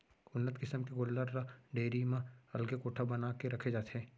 उन्नत किसम के गोल्लर ल डेयरी म अलगे कोठा बना के रखे जाथे